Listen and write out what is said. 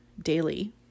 daily